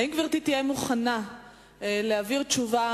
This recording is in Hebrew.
האם גברתי תהיה מוכנה להעביר תשובה